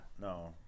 No